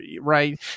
right